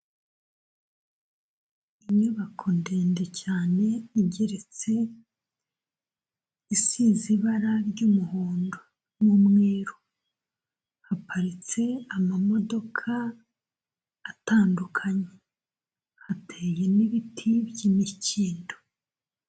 Inyubako ndende cyane igereritse, isize ibara ry'umuhondo n'umweru, haparitse amamodoka atandukanye, hateye n'ibiti by'imikindo.